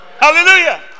hallelujah